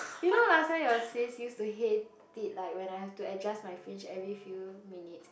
you know last time your sis use to hate it like when I have to adjust my fringe every few minute